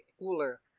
Cooler